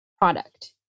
Product